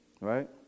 Right